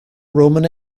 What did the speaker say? roman